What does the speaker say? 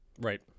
Right